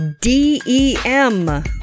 D-E-M